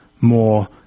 more